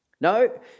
No